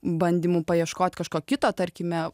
bandymų paieškot kažko kito tarkime